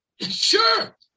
Sure